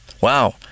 Wow